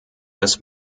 des